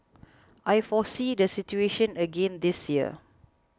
I foresee the situation again this year